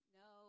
no